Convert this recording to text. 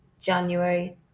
January